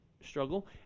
struggle